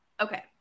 okay